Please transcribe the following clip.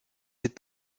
est